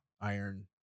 Iron